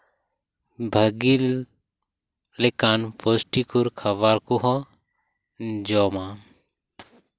ᱵᱷᱟᱜᱮ ᱞᱮᱠᱟᱱ ᱯᱩᱥᱴᱤᱠᱚᱨ ᱠᱷᱟᱵᱟᱨ ᱠᱚᱦᱚᱸ ᱡᱚᱢᱟ